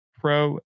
Pro